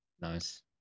Nice